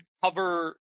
cover